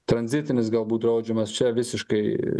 tranzitinis galbūt draudžiamas čia visiškai